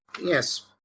Yes